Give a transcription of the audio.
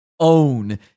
Own